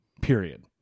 period